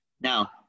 Now